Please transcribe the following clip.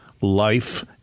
life